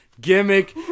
gimmick